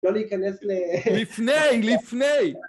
לא להיכנס ל... לפני, לפני!